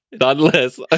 nonetheless